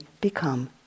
become